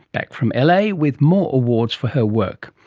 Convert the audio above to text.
back from la with more awards for her work.